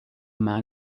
man